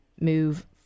move